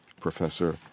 professor